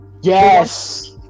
Yes